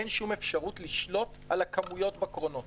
אין שום אפשרות לשלוט על הכמויות בקרונות,